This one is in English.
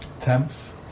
Temps